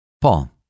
Paul